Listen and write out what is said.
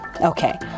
Okay